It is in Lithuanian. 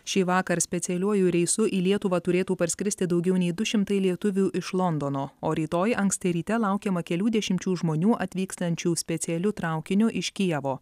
šįvakar specialiuoju reisu į lietuvą turėtų parskristi daugiau nei du šimtai lietuvių iš londono o rytoj anksti ryte laukiama kelių dešimčių žmonių atvykstančių specialiu traukiniu iš kijevo